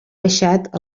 baixat